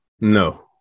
No